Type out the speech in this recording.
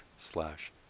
slash